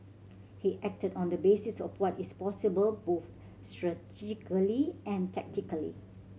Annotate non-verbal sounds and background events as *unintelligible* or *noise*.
he acted on the basis of what is possible both *unintelligible* and tactically